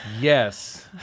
Yes